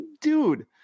Dude